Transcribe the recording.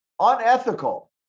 unethical